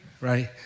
right